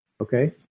Okay